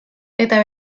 eta